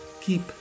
keep